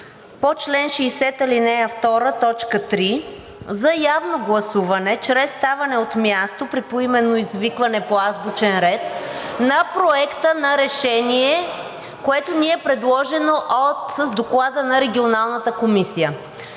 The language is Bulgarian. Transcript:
по чл. 60, ал. 2, т. 3 за явно гласуване чрез ставане от място при поименно извикване по азбучен ред на Проекта на решение, който ни е предложен с Доклада на Регионалната комисия.